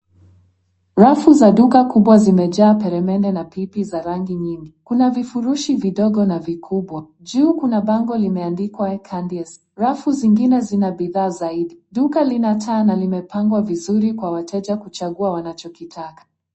Rafu za duka kubwa zimejaa peremende na pipi za rangi nyingi kuna vifurushi vidogo na vikubwa juu kuna bango limeandikwa [candies], rafu zingine zina bidhaa zaidi duka lina taa na limepangwa vizuri kwa wateja kuchagua waonachokitaka.